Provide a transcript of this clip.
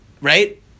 right